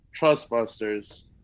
trustbusters